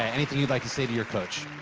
anything you'd like to say to your coach?